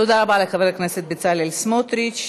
תודה רבה לחבר הכנסת בצלאל סמוטריץ.